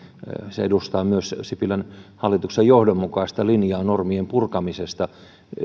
se edustaa myös sipilän hallituksen johdonmukaista linjaa normien purkamisesta